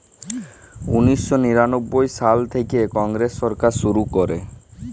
উনিশ শ নিরানব্বই সাল থ্যাইকে কংগ্রেস সরকার শুরু ক্যরে